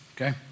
okay